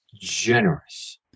generous